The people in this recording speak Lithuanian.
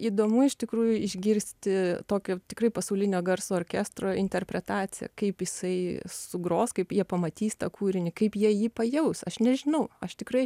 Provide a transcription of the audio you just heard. įdomu iš tikrųjų išgirsti tokio tikrai pasaulinio garso orkestro interpretaciją kaip jisai sugros kaip jie pamatys tą kūrinį kaip jie jį pajaus aš nežinau aš tikrai